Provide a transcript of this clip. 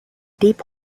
deep